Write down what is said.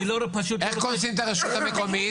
איך קונסים את הרשות המקומית?